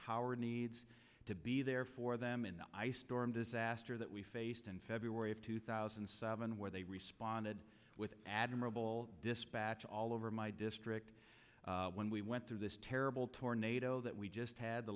power needs to be there for them in the ice storm disaster that we faced in february of two thousand and seven where they responded with admirable dispatch all over my district when we went through this terrible tornado that we just had the